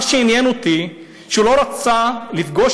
מה שעניין אותי הוא שהוא לא רצה לפגוש